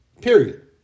period